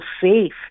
safe